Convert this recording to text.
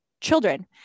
children